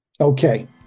Okay